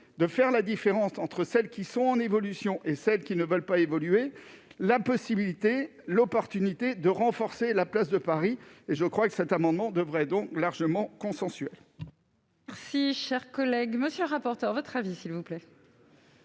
de faire la différence entre celles qui sont en évolution et celles qui ne veulent pas évoluer la possibilité, l'opportunité de renforcer la place de Paris et je crois que cet amendement devrait donc largement consensuel. Si cher collègue, monsieur le rapporteur, votre avis s'il vous plaît.